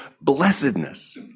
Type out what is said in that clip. blessedness